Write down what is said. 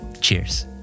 cheers